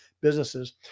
businesses